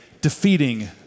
defeating